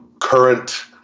current